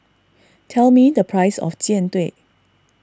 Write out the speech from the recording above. tell me the price of Jian Dui